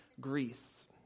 Greece